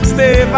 Stay